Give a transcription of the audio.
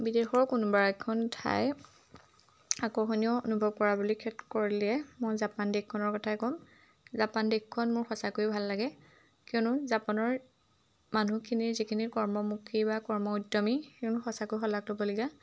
বিদেশৰ কোনোবা এখন ঠাই আকৰ্ষণীয় অনুভৱ কৰা বুলি ক্ষেত্ৰত ক'লে মই জাপান দেশখনৰ কথাই ক'ম জাপান দেশখন মোৰ সঁচাকৈ ভাল লাগে কিয়নো জাপানৰ মানুহখিনিৰ যিখিনি কৰ্মমুখী বা কৰ্ম উদ্যমী সেইখিনি সঁচাকৈ শলাগ ল'বলগীয়া